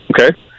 okay